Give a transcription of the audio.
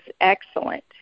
excellent